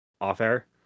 off-air